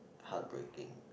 heartbreaking